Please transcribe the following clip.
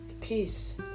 peace